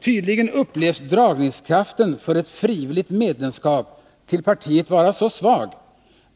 Tydligen upplevs dragningskraften hos ett frivilligt medlemskap i partiet som så svag,